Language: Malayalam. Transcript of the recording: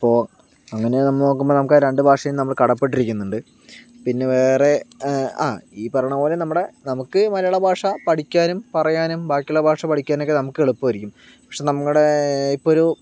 അപ്പോൾ അങ്ങനെ നമ്മ നോക്കുമ്പോൾ നമുക്ക് രണ്ട് ഭാഷയും നമ്മള് കടപ്പെട്ടിരിക്കുന്നുണ്ട് പിന്നെ വേറെ ആ ഈ പറയണ പോലെ നമ്മുടെ നമുക്ക് മലയാള ഭാഷ പഠിക്കാനും പറയാനും ബാക്കിയുള്ള ഭാഷ പഠിക്കാനൊക്കെ നമുക്ക് എളുപ്പമായിരിക്കും പക്ഷെ നമ്മുടെ ഇപ്പൊരു